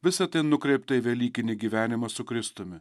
visa tai nukreipta į velykinį gyvenimą su kristumi